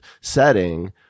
setting